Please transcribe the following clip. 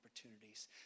opportunities